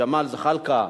ג'מאל זחאלקה,